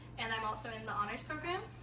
and i'm also in the honors program.